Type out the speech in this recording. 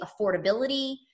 affordability